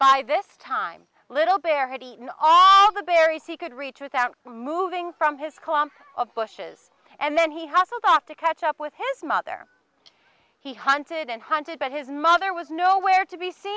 by this time little bear had eaten all the berries he could reach without removing from his clump of bushes and then he hustled off to catch up with his mother he hunted and hunted but his mother was nowhere to b